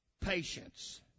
patience